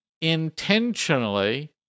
intentionally